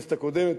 בכנסת הקודמת,